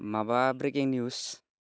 माबा breaking news